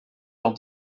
dans